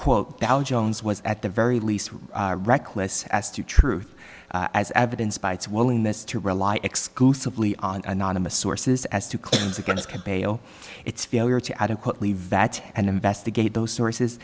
quote dow jones was at the very least reckless as to truth as evidence by its willingness to rely exclusively on anonymous sources as to claims against kobe o its failure to adequately vats and investigate those sources